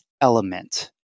element